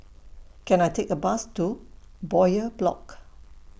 Can I Take A Bus to Bowyer Block